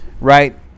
right